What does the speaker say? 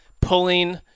pulling